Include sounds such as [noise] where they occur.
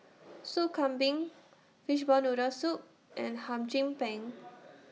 [noise] Sop Kambing Fishball Noodle Soup and Hum Chim Peng [noise]